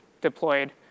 deployed